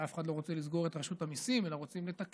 ואף אחד לא רוצה לסגור את רשות המיסים אלא רוצים לתקן,